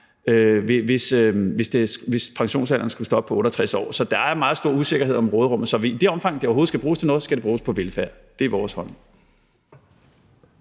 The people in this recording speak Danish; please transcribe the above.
hvis pensionsalderen skulle stoppe ved 68 år. Så der er meget stor usikkerhed om råderummet, og i det omfang, det overhovedet skal bruges til noget, skal det bruges på velfærd. Det er vores